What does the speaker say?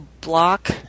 block